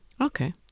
Okay